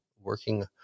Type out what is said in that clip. working